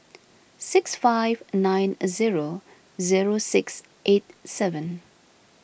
six five nine zero zero six eight seven